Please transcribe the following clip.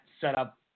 setup